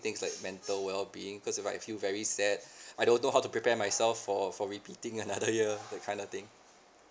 mental well being cause if I feel very sad I don't know how to prepare myself for for repeating another year that kind of thing